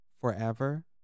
forever